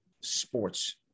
sports